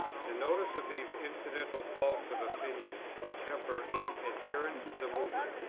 the notice of these incidental faults of opinion or temper in adherents of the movement,